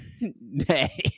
Nay